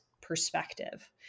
perspective